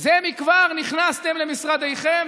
זה מכבר נכנסתם למשרדיכם.